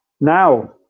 Now